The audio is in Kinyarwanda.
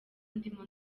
ndimo